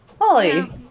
Holly